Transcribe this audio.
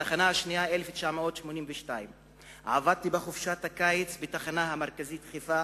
התחנה השנייה: 1982. עבדתי בחופשת הקיץ בתחנה המרכזית בחיפה,